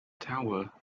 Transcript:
tower